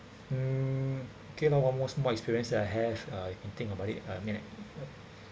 mm okay now one more small experience that I had uh can think about I uh I mean like